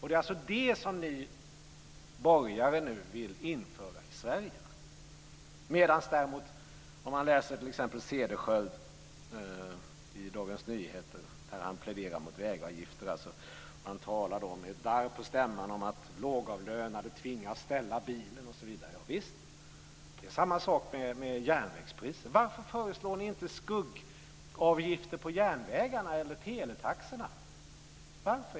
Det är alltså det som ni borgare nu vill införa i Sverige! Men man kan läsa t.ex. Cederschiöld i Dagens Nyheter där han pläderar mot vägavgifter. Han talar då med darr på stämman om att lågavlönade tvingas ställa bilen osv. Ja visst! Det är samma sak med priserna på järnvägen. Varför föreslår inte Moderaterna skuggavgifter på järnvägarna eller teletaxorna?